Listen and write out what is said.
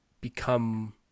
become